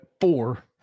four